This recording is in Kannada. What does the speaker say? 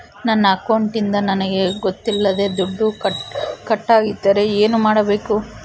ನನ್ನ ಅಕೌಂಟಿಂದ ನನಗೆ ಗೊತ್ತಿಲ್ಲದೆ ದುಡ್ಡು ಕಟ್ಟಾಗಿದ್ದರೆ ಏನು ಮಾಡಬೇಕು?